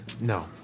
No